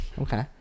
okay